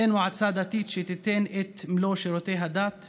אין מועצה דתית שתיתן את מלוא שירותי הדת,